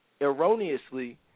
erroneously